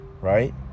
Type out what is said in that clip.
right